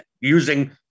using